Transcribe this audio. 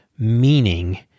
meaning